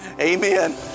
amen